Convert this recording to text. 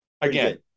Again